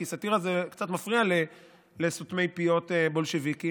כי סאטירה קצת מפריעה לסותמי פיות בולשביקים,